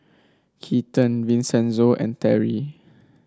Keaton Vincenzo and Terri